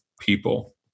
people